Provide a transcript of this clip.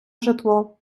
житло